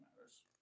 matters